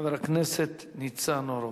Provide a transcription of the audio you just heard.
חבר הכנסת ניצן הורוביץ.